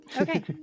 okay